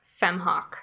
FemHawk